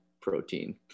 protein